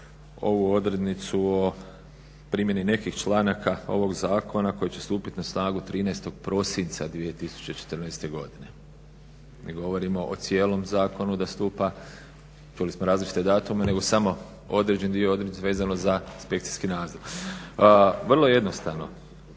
ovu odrednicu o primjeni nekih članaka ovog zakona koji će stupit na snagu 13. prosinca 2014. godine. Mi govorimo o cijelom zakonu da stupa, čuli smo različite datume, nego samo određen dio odredbi vezano za inspekcijski nadzor. Vrlo jednostavno.